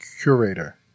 Curator